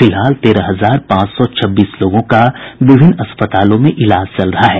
फिलहाल तेरह हजार पांच सौ छब्बीस लोगों का विभिन्न अस्पतालों में इलाज चल रहा है